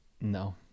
No